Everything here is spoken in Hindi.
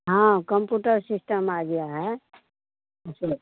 हाँ कम्पूटर सिस्टम आ गया है नेटे नै छै